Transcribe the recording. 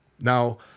Now